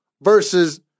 versus